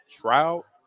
Trout